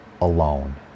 alone